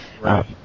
Right